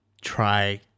try